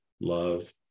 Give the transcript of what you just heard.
love